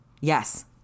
Yes